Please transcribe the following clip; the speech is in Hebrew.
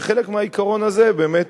כחלק מהעיקרון הזה, באמת,